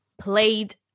played